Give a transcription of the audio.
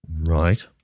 right